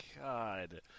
God